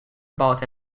about